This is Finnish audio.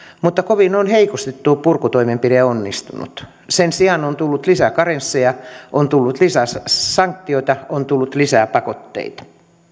mutta kovin on heikosti tuo purkutoimenpide onnistunut sen sijaan on tullut lisää karensseja on tullut lisää sanktioita on tullut lisää pakotteita